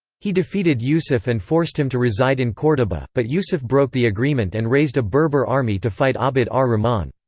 he defeated yusuf and forced him to reside in cordoba, but yusuf broke the agreement and raised a berber army to fight abd ah ar-rahman.